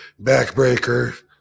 backbreaker